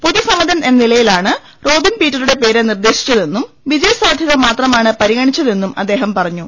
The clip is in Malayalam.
പൊതു സമ്മ തൻ എന്ന നിലയിലാണ് റോബിൻപീറ്ററുടെ പേര് നിർദേശിച്ചതെന്നും വിജയസാധ്യത മാത്രമാണ് പരിഗണിച്ചതെന്നും അദ്ദേഹം പറഞ്ഞു